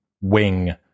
wing